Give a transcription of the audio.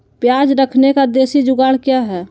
प्याज रखने का देसी जुगाड़ क्या है?